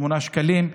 8 שקלים,